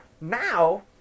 now